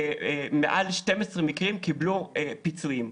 מעל 12 מקרים קיבלו פיצויים.